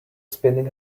spinning